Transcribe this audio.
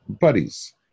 buddies